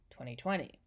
2020